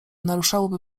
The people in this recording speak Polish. naruszałoby